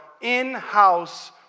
in-house